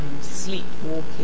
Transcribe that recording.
sleepwalking